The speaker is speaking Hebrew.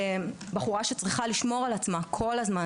זו בחורה שצריכה לשמור על עצמה כל הזמן